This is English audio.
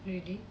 really